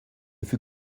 fut